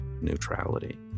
neutrality